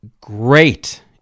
great